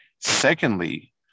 Secondly